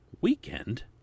weekend